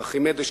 הארכימדית,